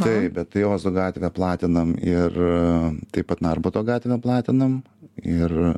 taip bet tai ozo gatvę platinam ir taip pat narbuto gatvę platinam ir